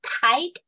tight